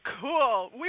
Cool